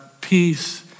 peace